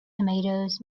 tomatoes